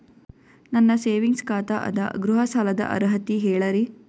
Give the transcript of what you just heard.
ನನ್ನ ಸೇವಿಂಗ್ಸ್ ಖಾತಾ ಅದ, ಗೃಹ ಸಾಲದ ಅರ್ಹತಿ ಹೇಳರಿ?